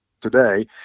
today